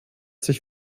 sich